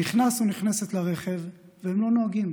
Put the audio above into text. נכנס או נכנסת לרכב, והם לא נוהגים.